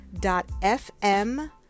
FM